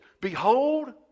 Behold